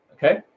Okay